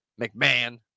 McMahon